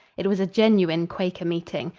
it was a genuine quaker meeting.